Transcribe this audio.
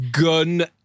Gun